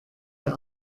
der